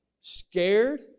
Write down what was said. Scared